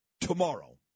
tomorrow